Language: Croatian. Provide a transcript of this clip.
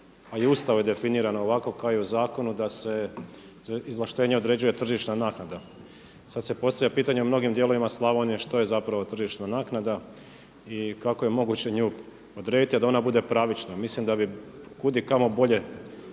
a i u Ustavu je definirano ovako kao i u zakonu da se izvlaštenjem određuje tržišna naknada. Sada se postavlja pitanje u mnogim dijelovima Slavonije što je zapravo tržišna naknada i kako je moguće nju odrediti a da ona bude pravična. Mislim da bi kudikamo bolje